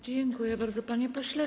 Dziękuję bardzo, panie pośle.